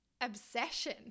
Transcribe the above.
obsession